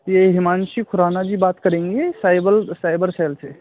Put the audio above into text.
यह हिमांशी खुराना जी बात करेंगे साइबल साइबर सेल से